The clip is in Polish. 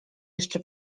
jeszcze